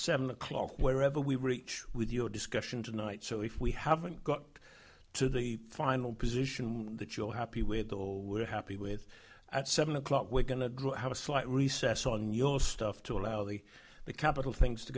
seven o'clock wherever we reach with your discussion tonight so if we haven't got to the final position that you're happy with or we're happy with at seven o'clock we're going to have a slight recess on your stuff to allow the capital things to